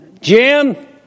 Jim